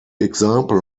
example